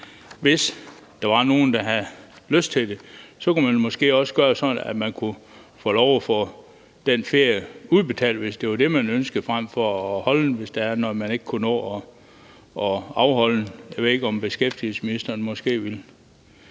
hvis der var nogen, der havde lyst til det, kunne man måske også gøre det sådan, at man kunne få lov at få den ferie udbetalt, hvis det var det, man ønskede, frem for at holde den – når nu man ikke kan nå at afholde den. Jeg ved ikke, om beskæftigelsesministeren måske vil